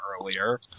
earlier